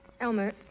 Elmer